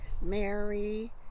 Mary